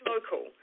Local